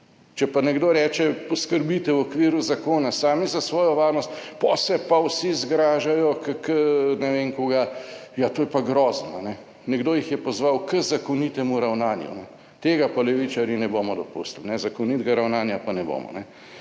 Če pa nekdo reče, poskrbite v okviru zakona sami za svojo varnost, po se pa vsi zgražajo, ne vem koga: "Ja, to je pa grozno. Nekdo jih je pozval k zakonitemu ravnanju, tega pa levičarji ne bomo dopustili, nezakonitega ravnanja pa ne bomo".